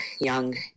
young